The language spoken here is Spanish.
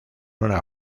una